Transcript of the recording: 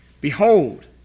Behold